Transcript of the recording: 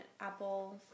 Apple